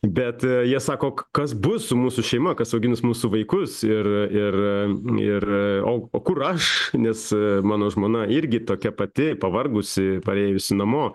bet jie sako k kas bus su mūsų šeima kas augins mūsų vaikus ir ir ir o o kur aš nes mano žmona irgi tokia pati pavargusi parėjusi namo